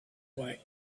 way